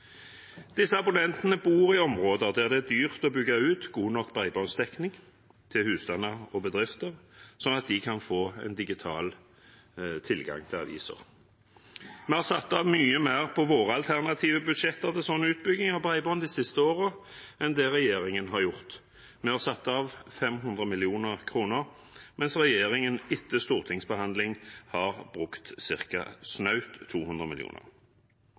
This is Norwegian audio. Disse abonnentene bor i områder der det er dyrt å bygge ut god nok bredbåndsdekning til husstander og bedrifter, slik at de kan få digital tilgang til aviser. Vi har satt av mye mer i våre alternative budsjetter til slike utbygginger av bredbånd de siste årene enn det regjeringen har gjort. Vi har satt av 500 mill. kr, mens regjeringen etter stortingsbehandling har brukt snaut 200